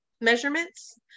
measurements